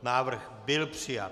Návrh byl přijat.